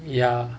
ya